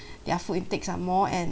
their food intakes are more and